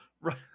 Right